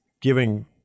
giving